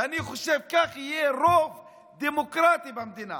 ואני חושב שכך יהיה רוב דמוקרטי במדינה